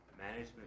management